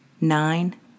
Nine